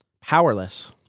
powerless